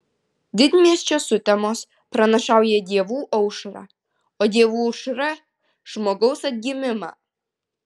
didmiesčio sutemos pranašauja dievų aušrą o dievų aušra žmogaus atgimimą